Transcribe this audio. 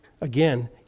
Again